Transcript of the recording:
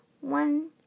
one